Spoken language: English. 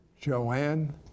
Joanne